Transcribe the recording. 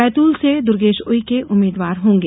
बैतूल से दुर्गेश उइके उम्मीदवार होंगे